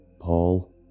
Paul